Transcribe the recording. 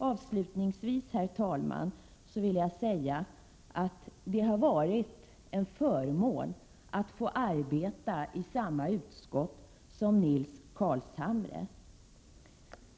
Avslutningsvis, herr talman, vill jag säga att det har varit en förmån att få arbeta i samma utskott som Nils Carlshamre.